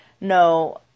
No